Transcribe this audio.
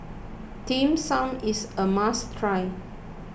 Dim Sum is a must cry